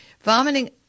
Vomiting